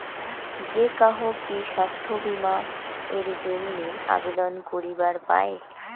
যে কাহো কি স্বাস্থ্য বীমা এর জইন্যে আবেদন করিবার পায়?